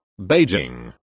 Beijing